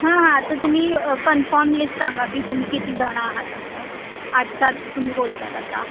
हां हां तर तुम्ही कन्फॉम् लिस्ट सांगा की तुम्ही किती जण आहात असं आठ सात तुम्ही बोलत आहेत आता